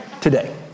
Today